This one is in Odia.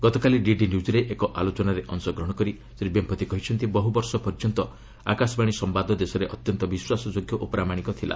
ଗତକାଲି ଡିଡି ନ୍ୟୁଜ୍ରେ ଏକ ଆଲୋଚନାରେ ଅଂଶଗ୍ରହଣ କରି ଶ୍ରୀ ବେମ୍ପତି କହିଛନ୍ତି ବହୁ ବର୍ଷ ପର୍ଯ୍ୟନ୍ତ ଆକାଶବାଣୀ ସମ୍ବାଦ ଦେଶରେ ଅତ୍ୟନ୍ତ ବିଶ୍ୱାସଯୋଗ୍ୟ ଓ ପ୍ରାମାଣିକ ଥିଲା